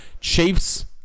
Chiefs